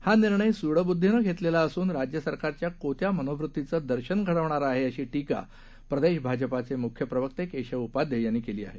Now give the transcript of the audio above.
हा निर्णय सूडबूदधीनं घेतलेला असून राज्य सरकारच्या कोत्या मनोवृतीचं दर्शन घडवणारा आहे अशी धीका प्रदेश भाजपाचे म्ख्य प्रवक्ते केशव उपाध्ये यांनी केली आहे